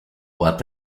what